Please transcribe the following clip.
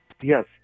yes